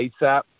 ASAP